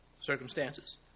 circumstances